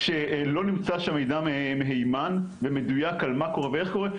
כשלא נמצא שם מידע מהימן ומדויק על מה קורה ואיך קורה,